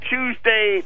Tuesday